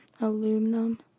aluminum